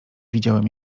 widziałem